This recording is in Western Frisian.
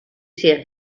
seach